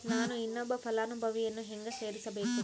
ನಾನು ಇನ್ನೊಬ್ಬ ಫಲಾನುಭವಿಯನ್ನು ಹೆಂಗ ಸೇರಿಸಬೇಕು?